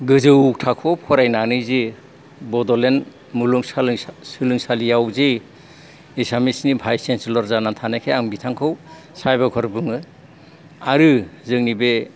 गोजौ थाखोआव फरायनानै जे बड'लेण्ड मुलुग सोलोंसालियाव जे एसामिसनि भाइस चेनसेलर जानानै थानायखाय आं बिथांखौ साबायखर बुङो आरो जोंनि बे